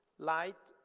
light,